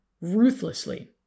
ruthlessly